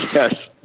yes,